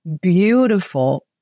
Beautiful